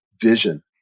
vision